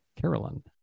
Carolyn